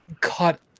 cut